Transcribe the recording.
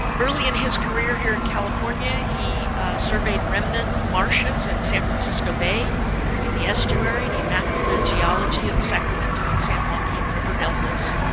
early in his career here in california, he surveyed remnant marshes in san francisco bay in the estuary, and he mapped the geology of the sacramento and san joaquin river deltas.